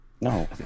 No